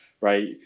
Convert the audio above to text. right